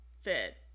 fit